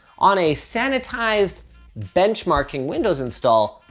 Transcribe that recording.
on a sanitized benchmarking windows install,